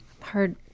hard